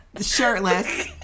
Shirtless